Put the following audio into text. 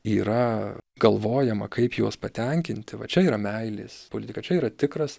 yra galvojama kaip juos patenkinti va čia yra meilės politika čia yra tikras